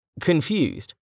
confused